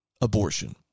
abortion